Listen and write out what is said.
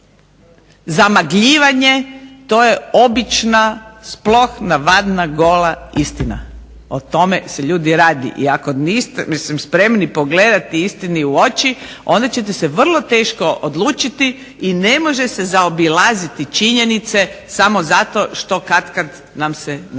zamagljivanje. To je obična sploh navadna gola istina. O tome se ljudi radi. I ako niste mislim spremni pogledati istini u oči onda ćete se vrlo teško odlučiti i ne može se zaobilaziti činjenice samo zato što katkad nam se ne